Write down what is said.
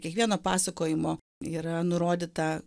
kiekvieno pasakojimo yra nurodyta